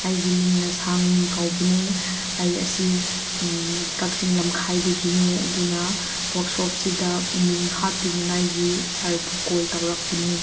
ꯑꯩꯒꯤ ꯃꯤꯡꯅ ꯁꯥꯡꯃꯤ ꯀꯧꯕꯅꯦ ꯑꯩ ꯑꯁꯤ ꯀꯛꯆꯤꯡ ꯂꯝꯈꯥꯏꯗꯒꯤꯅꯦ ꯑꯗꯨꯅ ꯋꯥꯛꯁꯣꯞꯁꯤꯗ ꯃꯤꯡ ꯍꯥꯞꯄꯤꯅꯤꯡꯉꯥꯏꯒꯤ ꯁꯥꯔꯕꯨ ꯀꯣꯜ ꯇꯧꯔꯛꯄꯅꯦ